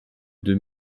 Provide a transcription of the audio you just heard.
deux